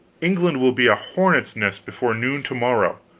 england will be a hornets' nest before noon to-morrow,